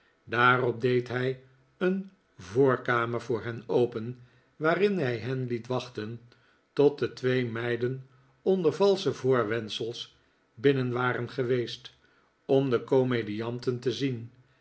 daarop deed hij een voorkamer voor hen open waarin hij hen liet wachten tot de twee meiden onder valsche voorwendsels binnen waren geweest om de comedianten te zien